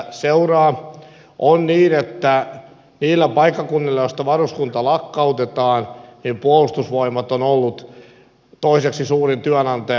on niin että niillä paikkakunnilla joista varuskunta lakkautetaan puolustusvoimat on ollut toiseksi suurin työnantaja kunnan jälkeen